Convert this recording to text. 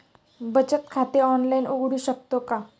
बचत खाते ऑनलाइन उघडू शकतो का?